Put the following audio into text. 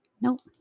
Nope